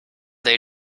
they